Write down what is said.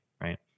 right